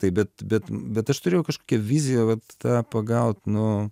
tai bet bet bet aš turėjau kažkokią viziją vat tą pagaut nu